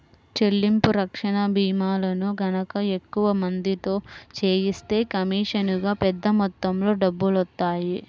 చెల్లింపు రక్షణ భీమాలను గనక ఎక్కువ మందితో చేయిస్తే కమీషనుగా పెద్ద మొత్తంలో డబ్బులొత్తాయి